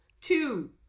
two